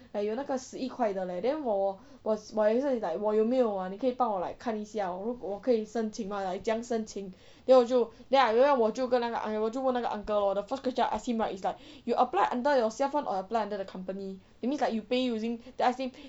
哎哟那个十一块的 leh then 我我也是 like 我有没有 ah 你可以帮我 like 看一下如果我可以申请吗怎么样申请 then 我就 then I 我就跟那个 !aiyo! 我就问那个 uncle lor the first question I asked him right is like you apply under yourself [one] or you apply under company that means like you pay using then I ask him